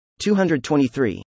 223